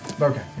Okay